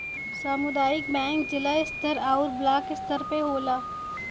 सामुदायिक बैंक जिला स्तर आउर ब्लाक स्तर पे होला